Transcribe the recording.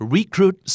Recruit